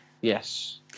yes